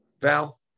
Val